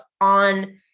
on